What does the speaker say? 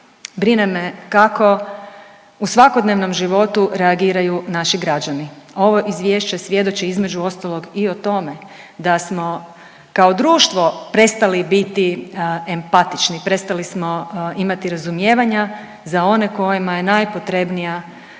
brine me kako u svakodnevnom životu reagiraju naši građani. Ovo izvješće svjedoči između ostalog i o tome da smo kao društvo prestali biti empatični, prestali smo imati razumijevanja za one kojima je najpotrebnija